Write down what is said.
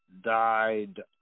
died